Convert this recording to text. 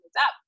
up